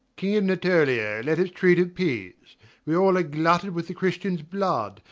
king of natolia, let us treat of peace we all are glutted with the christians' blood,